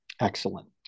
Excellent